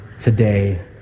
today